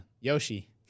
Yoshi